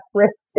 risk